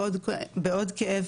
בעוד כאב,